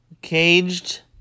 Caged